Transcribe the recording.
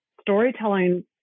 storytelling